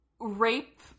Rape